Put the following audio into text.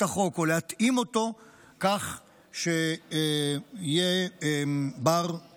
החוק או להתאים אותו כך שיהיה בר-קיום,